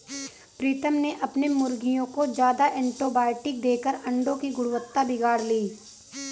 प्रीतम ने अपने मुर्गियों को ज्यादा एंटीबायोटिक देकर अंडो की गुणवत्ता बिगाड़ ली